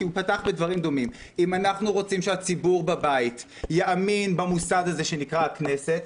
כי הוא פתח בדברים דומים שהציבור בבית יאמין במוסד הזה שנקרא הכנסת,